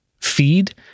feed